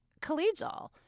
collegial